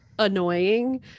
Annoying